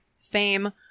fame